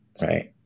right